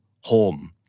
home